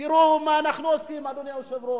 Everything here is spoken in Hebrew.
תראו מה אנחנו עושים, אדוני היושב-ראש,